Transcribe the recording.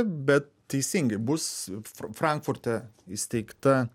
bet teisingai bus frankfurte įsteigta